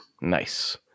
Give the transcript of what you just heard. Nice